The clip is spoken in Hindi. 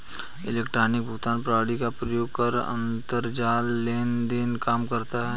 इलेक्ट्रॉनिक भुगतान प्रणाली का प्रयोग कर अंतरजाल लेन देन काम करता है